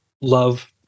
love